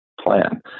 plan